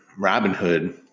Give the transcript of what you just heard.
Robinhood